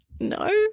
No